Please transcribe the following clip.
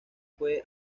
fue